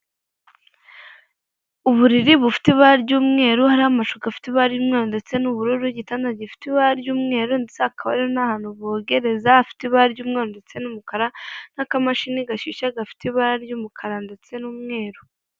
Uburiri bufite ibara ry'umweru, hariho amashuka afite ibara ry'umweru ndetse n'ubururu, igitanda gifite ibara ry'umweru ndetse hakaba hariho n'ahantu bogereza hafite ibara ry'umweru ndetse n'umukara n'akamashini gashyushya gafite ibara ry'umukara ndetse n'umweru.